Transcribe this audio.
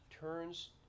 turns